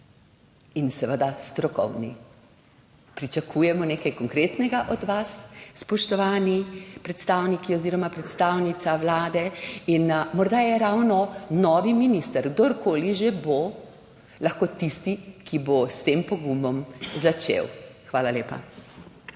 in seveda strokovni. Pričakujemo nekaj konkretnega od vas, spoštovani predstavniki oziroma predstavnica Vlade. Morda je ravno novi minister, kdorkoli že bo, lahko tisti, ki bo s tem pogumom začel. Hvala lepa.